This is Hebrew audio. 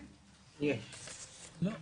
התשובה היא לא.